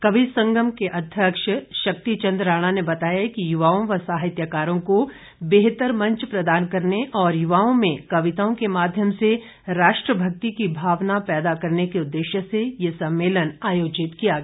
कवि संगम के अध्यक्ष शक्ति चंद राणा ने बताया कि युवाओं व साहित्यकारों को बेहतर मंच प्रदान करने और युवाओं में कविताओं के माध्यम से राष्ट्रभक्ति की भावना पैदा करने के उद्देश्य से ये सम्मेलन आयोजित किया गया